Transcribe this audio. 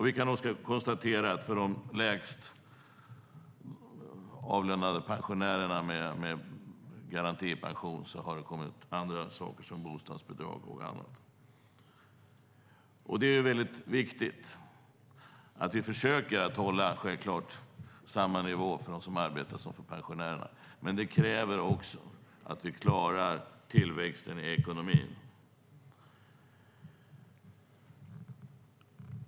Vi kan konstatera att för de lägst avlönade pensionärerna med garantipension har det kommit andra saker som bostadsbidrag och annat. Det är viktigt och självklart att vi försöker att hålla samma nivå för dem som arbetar som för pensionärerna, men det kräver också att vi klarar tillväxten i ekonomin.